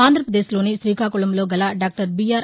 ఆంధ్రప్రదేశ్లోని శ్రీకాకుళంలో గల డాక్టర్ బీఆర్